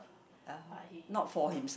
but he